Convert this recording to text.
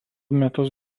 metus